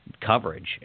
coverage